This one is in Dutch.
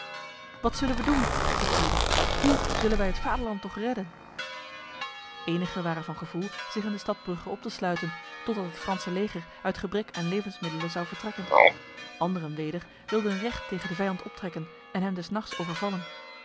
wat zullen wij doen vroeg gwyde hoe zullen wij het vaderland toch redden enigen waren van gevoel zich in de stad brugge op te sluiten totdat het franse leger uit gebrek aan levensmiddelen zou vertrekken anderen weder wilden recht tegen de vijand optrekken en hem des nachts overvallen